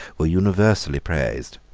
were universally praised.